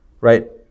right